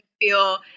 feel